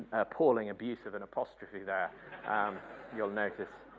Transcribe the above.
appalling abuse of an apostrophe there you'll notice.